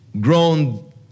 grown